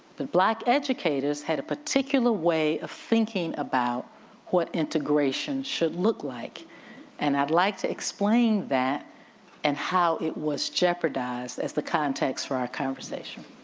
but black educators had a particular way of thinking about what integration should look like and i'd like to explain that and how it was jeopardized as the context for our conversation.